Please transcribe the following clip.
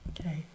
Okay